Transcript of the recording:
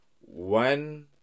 one